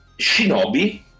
Shinobi